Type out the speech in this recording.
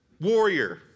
warrior